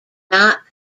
not